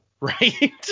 right